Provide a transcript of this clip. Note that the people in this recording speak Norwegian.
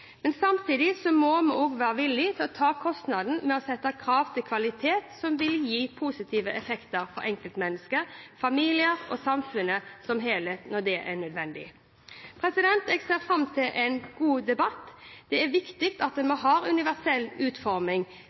men samtidig må vi også være villig til å ta kostnaden ved å sette krav til kvalitet som vil gi positive effekter for enkeltmennesker, familier og samfunnet som helhet når det er nødvendig. Jeg ser fram til en god debatt. Det er viktig at vi har universell utforming